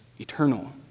eternal